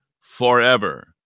forever